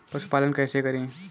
पशुपालन कैसे करें?